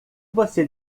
você